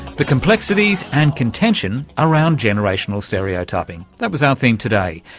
the complexities and contention around generational stereotyping, that was our theme today.